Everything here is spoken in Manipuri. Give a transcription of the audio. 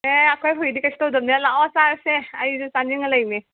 ꯑꯦ ꯑꯩꯈꯣꯏ ꯍꯨꯏꯗꯤ ꯀꯩꯁꯨ ꯇꯧꯗꯝꯅꯦ ꯂꯥꯛꯑꯣ ꯆꯥꯔꯁꯦ ꯑꯩꯁꯨ ꯆꯥꯅꯤꯡꯉ ꯂꯩꯔꯤꯅꯦ